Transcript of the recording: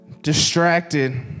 Distracted